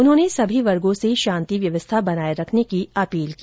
उन्होंने सभी वर्गो से शांति व्यवस्था बनाये रखने की अपील की